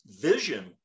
vision